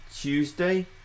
Tuesday